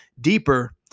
deeper